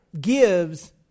gives